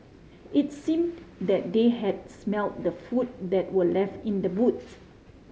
it's seem that they had smelt the food that were left in the boots